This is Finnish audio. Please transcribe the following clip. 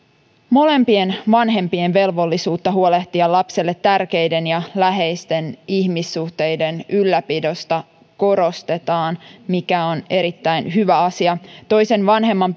molempien vanhempien velvollisuutta huolehtia lapselle tärkeiden ja läheisten ihmissuhteiden ylläpidosta korostetaan mikä on erittäin hyvä asia toisen vanhemman